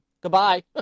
Goodbye